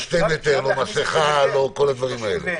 מסכה, שני מטר וכדומה.